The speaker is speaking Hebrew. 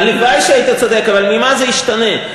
הלוואי שהיית צודק, אבל ממה זה ישתנה?